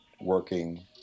working